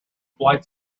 flights